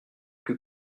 que